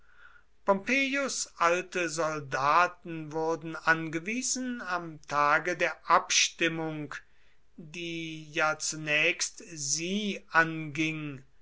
alte soldaten wurden angewiesen am tage der abstimmung die ja zunächst sie anging